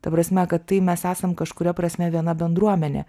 ta prasme kad tai mes esame kažkuria prasme viena bendruomenė